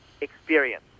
experience